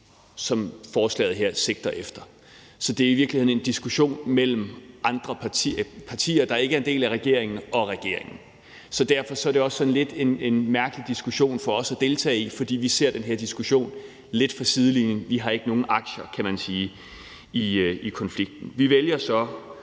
som forslaget her sigter efter. Så det er i virkeligheden en diskussion mellem andre partier, der ikke er en del af regeringen, og så regeringen. Derfor er det også lidt en mærkelig diskussion for os at deltage i, fordi vi ser den her diskussion lidt fra sidelinjen. Vi har ikke nogen aktier, kan man sige, i konflikten. Vi vælger så